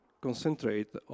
concentrate